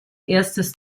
erstes